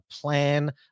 plan